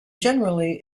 generally